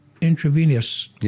intravenous